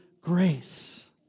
grace